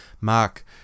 Mark